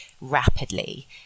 rapidly